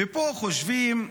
ופה חושבים,